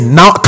now